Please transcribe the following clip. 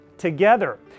Together